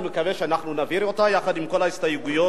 אני מקווה שנעביר אותה יחד עם כל ההסתייגויות.